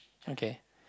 okay